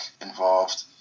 involved